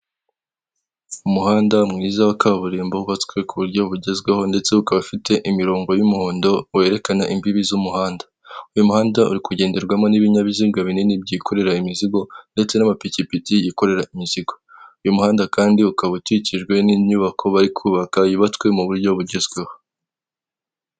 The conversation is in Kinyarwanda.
Umuhanda mwiza wa kaburimbo, wubatswe ku buryo bugezweho, ndetse ukaba afite imirongo y'umuhondo werekana imbibi z'umuhanda. Uyu muhanda uri kugenderwamo n'ibinyabiziga binini byikorera imizigo, ndetse n'amapikipiki ikorera imizigo uyu muhanda kandi ukaba ukikijwe n'inyubako bari kubaka yubatswe mu buryo bugezweho.